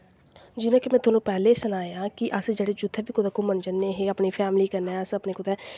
जि'यां कि में पैह्लें सनाया कि अस जेह्ड़े जित्थें बी कुतै घूम्मन जन्ने हे अपनी फैमली कन्नै अस अपनी कुतै